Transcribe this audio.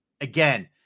again